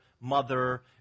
mother